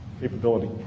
capability